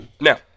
now